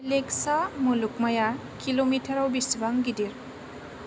Alexa मुलुगमाया किल'मिटाराव बेसेबां गिदिर